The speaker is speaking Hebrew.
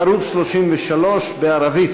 ערוץ 33 בערבית,